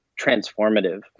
transformative